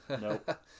Nope